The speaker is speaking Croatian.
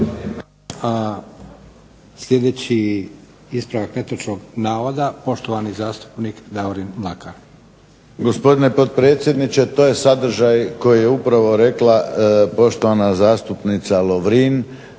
Sljedeći ispravak netočnog navoda poštovani zastupnik Davorin Mlakar.